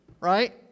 Right